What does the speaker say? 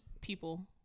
people